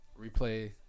Replay